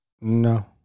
No